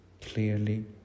clearly